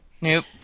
Nope